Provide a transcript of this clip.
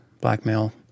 blackmail